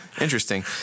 Interesting